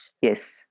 Yes